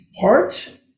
heart